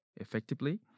effectively